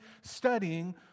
studying